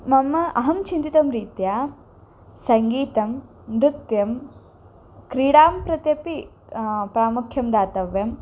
मम अहं चिन्तितं रीत्या सङ्गीतं नृत्यं क्रीडां प्रत्यपि प्रामुख्यं दातव्यम्